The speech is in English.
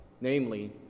namely